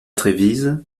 trévise